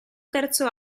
terzo